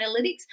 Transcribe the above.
analytics